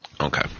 Okay